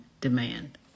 demand